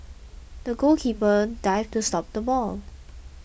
the goalkeeper dived to stop the ball